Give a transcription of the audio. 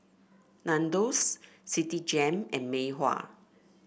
Nandos Citigem and Mei Hua